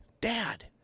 Dad